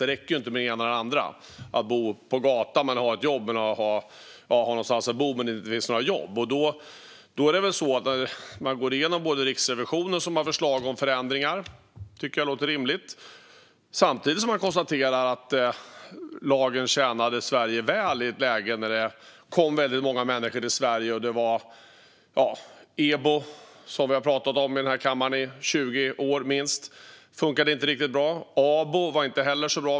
Det räcker inte med det ena eller det andra: att bo på gatan men ha ett jobb eller att ha någonstans att bo där det inte finns några jobb. Riksrevisionen har förslag till förändringar. Det tycker jag låter rimligt. Samtidigt konstaterar man att lagen tjänade Sverige väl i ett läge när det kom väldigt många människor till landet. EBO, som vi har pratat om i den här kammaren i minst 20 år, funkade inte riktigt bra. ABO var inte heller så bra.